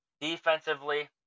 Defensively